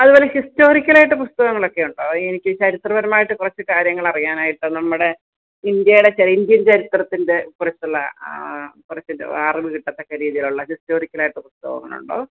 അതുപോലെ ഹിസ്റ്റോറിക്കൽ ആയിട്ടു പുസ്തകങ്ങളൊക്കെയുണ്ടോ ഈ എനിക്ക് ചരിത്രപരമായിട്ടു കുറച്ചു കാര്യങ്ങൾ അറിയാനായിട്ടാ നമ്മുടെ ഇന്ത്യേടെ ചെയ്ഞ്ചിങ്ങ് ചരിത്രത്തിൻ്റെ കുറിച്ചുള്ള ആ കുറച്ച് കിട്ടത്തക്ക രീതിയിലുള്ള ഹിസ്റ്റോറിക്കൽ ആയിട്ടു പുസ്തകങ്ങളുണ്ടോ